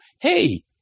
Hey